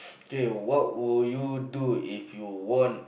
okay what will you do if you won